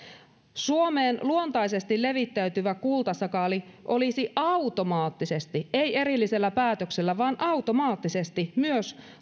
suomeen luontaisesti levittäytyvä kultasakaali olisi automaattisesti ei erillisellä päätöksellä vaan automaattisesti myös